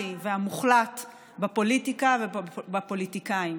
והמוחלט בפוליטיקה ובפוליטיקאים.